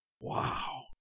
Wow